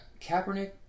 Kaepernick